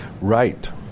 Right